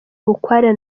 bukware